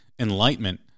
enlightenment